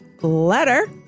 Letter